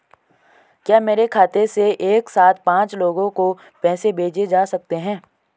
क्या मेरे खाते से एक साथ पांच लोगों को पैसे भेजे जा सकते हैं?